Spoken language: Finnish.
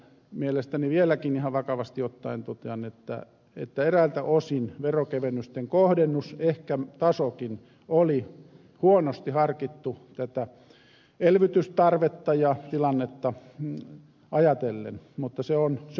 mielestäni vieläkin ihan vakavasti ottaen totean että eräiltä osin veronkevennysten kohdennus ehkä tasokin oli huonosti harkittu tätä elvytystarvetta ja tilannetta ajatellen mutta se on mennyt